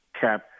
cap